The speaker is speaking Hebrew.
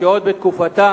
שעוד בתקופתה